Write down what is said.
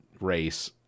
race